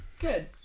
Good